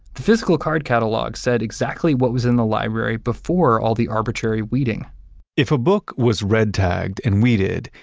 the physical card catalog said exactly what was in the library before all the arbitrary weeding if a book was red tagged and weeded,